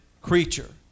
creature